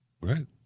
right